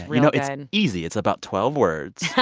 you know, it's and easy. it's about twelve words.